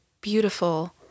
beautiful